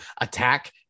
attack